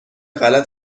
غلط